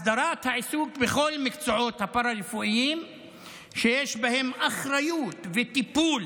הסדרת העיסוק בכל המקצועות הפארה-רפואיים שיש בהם אחריות וטיפול